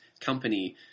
company